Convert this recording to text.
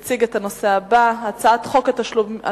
ויציג את הנושא הבא: הצעת חוק תשלומים